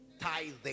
Tithing